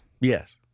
Yes